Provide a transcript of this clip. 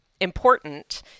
important